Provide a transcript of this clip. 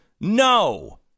No